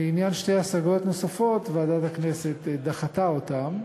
לעניין שתי השגות נוספות, ועדת הכנסת דחתה אותן,